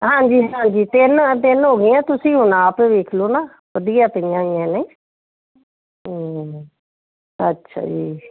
ਹਾਂਜੀ ਹਾਂਜੀ ਤਿੰਨ ਤਿੰਨ ਹੋ ਗਈਆਂ ਤੁਸੀਂ ਹੁਣ ਆਪ ਵੇਖ ਲਓ ਨਾ ਵਧੀਆ ਪਈਆਂ ਹੋਈਆਂ ਨੇ ਅੱਛਾ ਜੀ